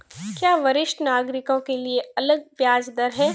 क्या वरिष्ठ नागरिकों के लिए अलग ब्याज दर है?